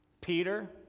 Peter